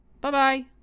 Bye-bye